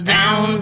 Down